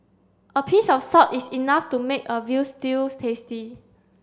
a pinch of salt is enough to make a veal stew tasty